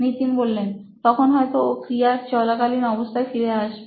নিতিন তখন হয়তো ও ক্রিয়ার চলাকালীন অবস্থায় ফিরে আসবে